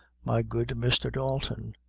my good mr. dalton.